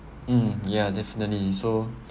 mm yeah definitely so